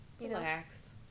relax